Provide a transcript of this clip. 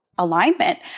Alignment